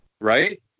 right